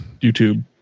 YouTube